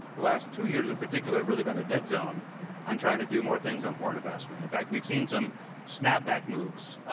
the last two years in particular have really been a dead zone on trying to do more things on foreign investment. in fact, we've seen some snapback moves.